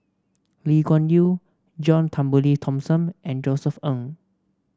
Lee Kuan Yew John Turnbull Thomson and Josef Ng